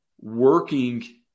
working